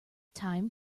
time